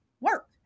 work